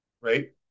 right